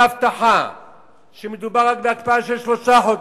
הבטחה שמדובר רק בהקפאה של שלושה חודשים,